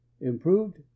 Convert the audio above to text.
Improved